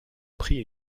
pris